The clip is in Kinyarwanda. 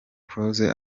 close